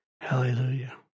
Hallelujah